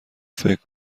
فکر